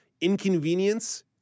inconvenience